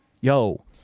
Yo